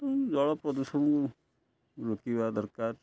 ଜଳ ପ୍ରଦୂଷଣକୁ ରୋକିବା ଦରକାର